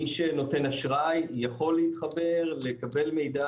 מי שנותן אשראי יכול להתחבר, לקבל מידע